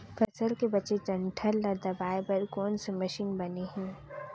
फसल के बचे डंठल ल दबाये बर कोन से मशीन बने हे?